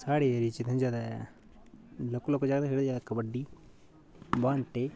साढ़े एरिये च ते ज्यादा लौह्के लौह्के जागत कबड्डी बांह्टे